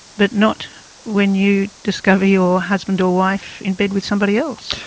but not when you discover your husband or wife in bed with somebody else.